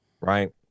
Right